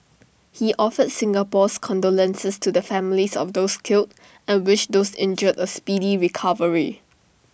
he offered Singapore's condolences to the families of those killed and wished those injured A speedy recovery